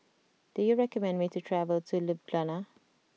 do you recommend me to travel to Ljubljana